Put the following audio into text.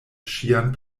ŝian